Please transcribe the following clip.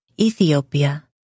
Ethiopia